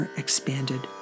expanded